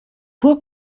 può